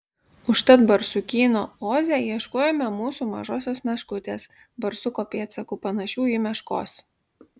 užtat barsukyno oze ieškojome mūsų mažosios meškutės barsuko pėdsakų panašių į meškos